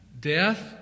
Death